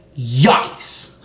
Yikes